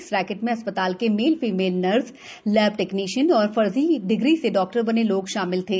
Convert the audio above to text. इस रैकेट में अस्पताल के male female nurse lab technician और फर्जी डिग्री से डॉक्टर बने लोग शामिल थे